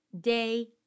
day